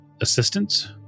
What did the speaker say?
assistance